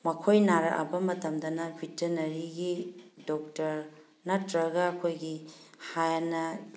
ꯃꯈꯣꯏ ꯅꯥꯔꯛꯑꯕ ꯃꯇꯝꯗꯅ ꯚꯦꯇꯅꯔꯤꯒꯤ ꯗꯣꯛꯇꯔ ꯅꯠꯇ꯭ꯔꯒ ꯑꯩꯈꯣꯏꯒꯤ ꯍꯥꯟꯅ